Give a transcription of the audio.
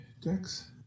dex